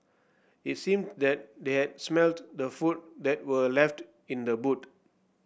it seemed that they had smelt the food that were left in the boot